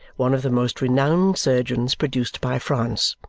one of the most renowned surgeons produced by france.